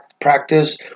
practice